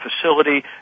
facility